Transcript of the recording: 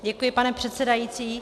Děkuji, pane předsedající.